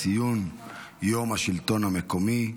ציון יום השלטון המקומי.